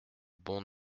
bon